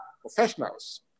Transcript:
professionals